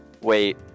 Wait